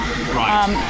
Right